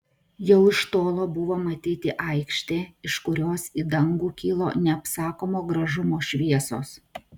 jau iš tolo buvo matyti aikštė iš kurios į dangų kilo neapsakomo gražumo šviesos